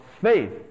faith